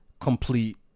complete